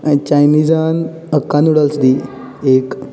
आनी चायनिझान Hakka noodles दी एक